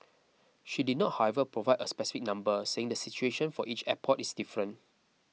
she did not however provide a specific number saying the situation for each airport is different